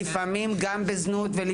לפעמים כי הן עובדות בזנות.